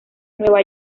nueva